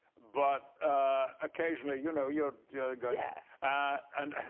but ah occasionally, you know, you are going yeah and.